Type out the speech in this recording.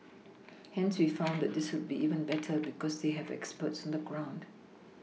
hence we found that this will be even better because they have experts on the ground